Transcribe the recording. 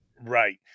Right